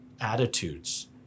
attitudes